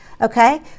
Okay